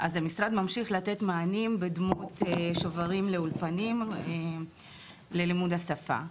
המשרד ממשיך לתת מענה בדמות שוברים לאולפנים ללימוד השפה.